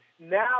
now